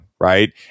right